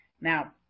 Now